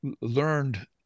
learned